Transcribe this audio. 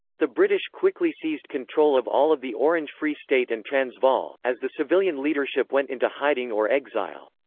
the british quickly seized control of all of the orange free state and transvaal, as the civilian leadership went into hiding or exile.